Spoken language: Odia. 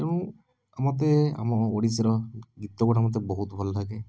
ତେଣୁ ମୋତେ ଆମ ଓଡ଼ିଶାର ଗୀତଗୁଡ଼ା ମୋତେ ବହୁତ ଭଲଲାଗେ